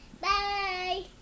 bye